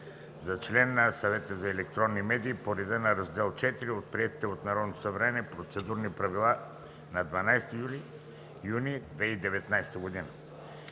за член на Съвета за електронни медии по реда на Раздел IV от приетите от Народното събрание Процедурни правила на 12 юни 2019 г.